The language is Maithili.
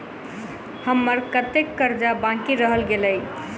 हम्मर कत्तेक कर्जा बाकी रहल गेलइ?